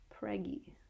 Preggy